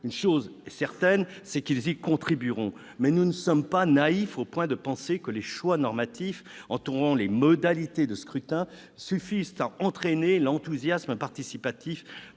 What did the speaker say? Une chose est certaine, c'est qu'ils y contribueront. Nous ne sommes cependant pas naïfs au point de penser que les choix normatifs entourant les modalités de scrutin suffisent à entraîner l'enthousiasme participatif